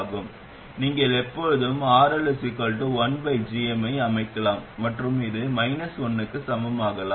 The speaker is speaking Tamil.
நீங்கள் எப்பொழுதும் RL1gm ஐ அமைக்கலாம் மற்றும் இது 1 க்கு சமமாக்கலாம்